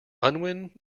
unwin